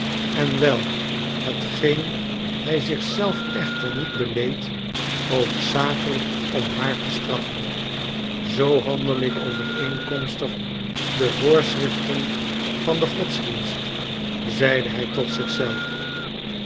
en wel hetgeen hij zich zelf echter niet beleed hoofdzakelijk om haar te straffen zoo handel ik overeenkomstig de voorschriften van den godsdienst zeide hij tot